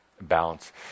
balance